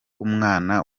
umwana